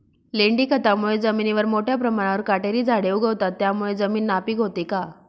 लेंडी खतामुळे जमिनीवर मोठ्या प्रमाणावर काटेरी झाडे उगवतात, त्यामुळे जमीन नापीक होते का?